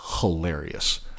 hilarious